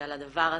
על הדבר הזה.